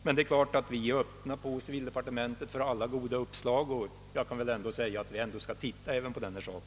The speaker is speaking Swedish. På civildepartementet är vi dock öppna för alla goda uppslag och skall därför se närmare även på den frågan.